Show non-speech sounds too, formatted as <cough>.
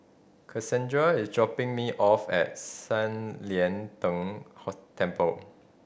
Cassandra is dropping me off at San Lian Deng <unintelligible> Temple